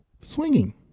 swinging